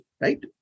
right